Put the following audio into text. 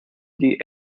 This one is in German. die